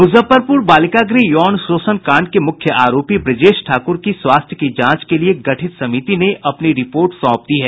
मुजफ्फरपुर बालिका गृह यौन शोषण कांड के मुख्य आरोपी ब्रजेश ठाकुर की स्वास्थ्य की जांच के लिए गठित समिति ने अपनी रिपोर्ट सौंप दी है